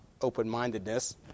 open-mindedness